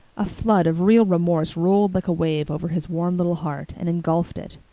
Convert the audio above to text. a flood of real remorse rolled like a wave over his warm little heart and engulfed it.